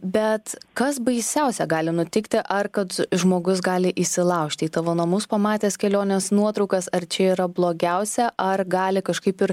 bet kas baisiausia gali nutikti ar kad žmogus gali įsilaužti į tavo namus pamatęs kelionės nuotraukas ar čia yra blogiausia ar gali kažkaip ir